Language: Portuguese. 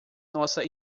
nossa